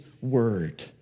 word